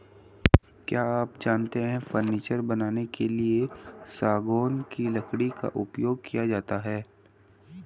क्या आप जानते है फर्नीचर बनाने के लिए सागौन की लकड़ी का उपयोग किया जाता है